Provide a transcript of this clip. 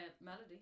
melody